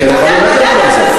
כי אני יכול באמת לדון על זה.